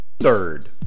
Third